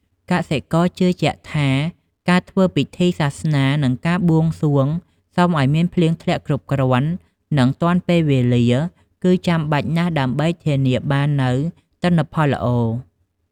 កសិករជឿជាក់ថា ការធ្វើពិធីសាសនា និងការបួងសួងសុំឱ្យមានភ្លៀងធ្លាក់គ្រប់គ្រាន់ និងទាន់ពេលវេលា គឺចាំបាច់ណាស់ដើម្បីធានាបាននូវទិន្នផលល្អ។